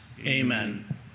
Amen